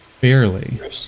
barely